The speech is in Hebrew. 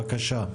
בבקשה.